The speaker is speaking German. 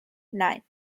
nein